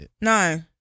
No